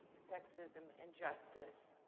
sexism and justice.